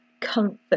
comfort